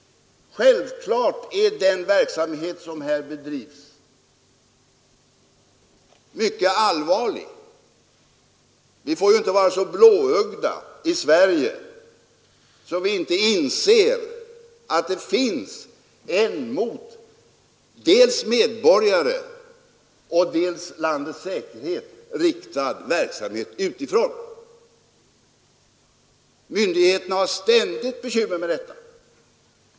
Självklart är den verksamhet som här bedrivs mycket allvarlig. Vi får inte vara så blåögda i Sverige att vi inte inser att det finns en mot dels enskilda medborgare, dels landets säkerhet riktad verksamhet utifrån. Myndigheterna har ständigt bekymmer med detta.